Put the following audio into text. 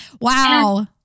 Wow